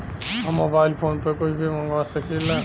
हम mobile phone पर कुछ भी मंगवा सकिला?